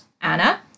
Anna